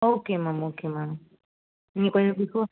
okay ma'am okay madam நீங்கள் கொஞ்சம் before